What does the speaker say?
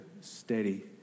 steady